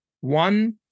one